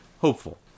Hopeful